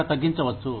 అక్కడ తగ్గించవచ్చు